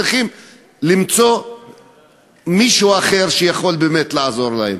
צריכים למצוא מישהו אחר שיכול באמת לעזור להם.